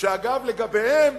אגב, לגביהם